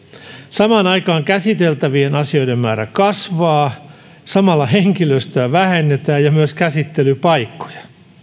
samaan aikaan kun käsiteltävien asioiden määrä kasvaa henkilöstöä vähennetään ja myös käsittelypaikkoja